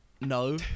No